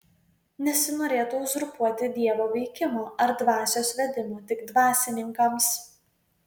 nesinorėtų uzurpuoti dievo veikimo ar dvasios vedimo tik dvasininkams